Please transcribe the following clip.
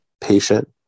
patient